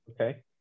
Okay